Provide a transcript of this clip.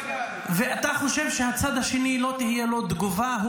ואתה חושב שהצד השני, לא תהיה לו תגובה?